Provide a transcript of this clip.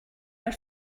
our